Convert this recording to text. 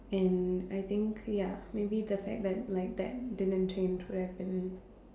and I think ya maybe the fact that like that didn't change would have been